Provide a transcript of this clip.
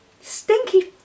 Stinky